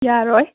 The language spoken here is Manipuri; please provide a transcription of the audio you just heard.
ꯌꯥꯔꯣꯏ